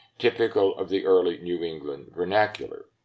typical of the early new england vernacular,